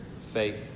faith